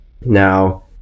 Now